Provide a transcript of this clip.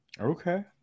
Okay